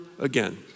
again